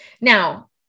Now